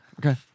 Okay